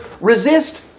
resist